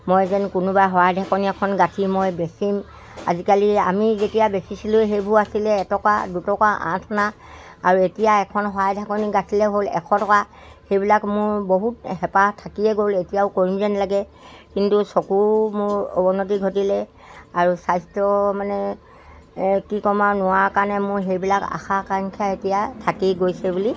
মই যেন কোনোবাই শৰাই ঢাকনি এখন গাঁঠি মই বেচিম আজিকালি আমি যেতিয়া বেচিছিলোঁ সেইবোৰ আছিলে এটকা দুটকা আঠনা আৰু এতিয়া এখন শৰাই ঢাকনি গাঁঠিলে হ'ল এশ টকা সেইবিলাক মোৰ বহুত হেঁপাহ থাকিয়ে গ'ল এতিয়াও কৰিম যেন লাগে কিন্তু চকু মোৰ অৱনতি ঘটিলে আৰু স্বাস্থ্যও মানে কি কম আৰু নোৱাৰা কাৰণে মোৰ সেইবিলাক আশা আকাংক্ষা এতিয়া থাকি গৈছে বুলি